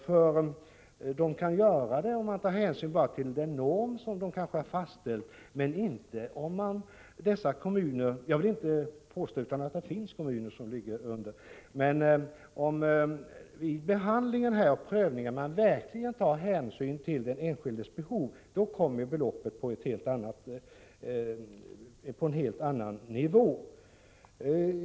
Jag vill inte påstå annat än att det finns kommuner där beloppen ligger under normerna. Beloppet kan ligga under gränsen, om man tar hänsyn bara till den norm som kommunen har fastställt. Men om man vid prövningen verkligen tar hänsyn till den enskildes behov, kommer beloppet att ligga på en helt annan nivå.